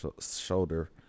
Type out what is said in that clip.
shoulder